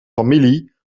familie